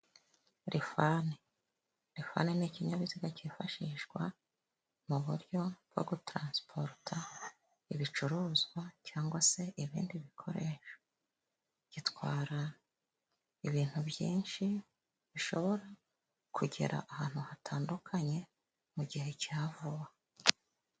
lifani, lifani ni ikinyabiziga cyifashishwa, mu buryo bwo gutaransiporuta ibicuruzwa cgangwa se ibindi bikoresho. Gitwara ibintu byinshi, bishobora kugera ahantu hatandukanye mu gihe cya vuba.